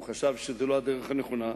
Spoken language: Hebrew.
הוא חשב שזאת לא הדרך הנכונה,